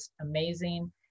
amazing